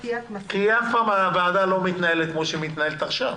אף פעם הוועדה לא מתנהלת כפי שהיא מתנהלת עכשיו,